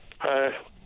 Hi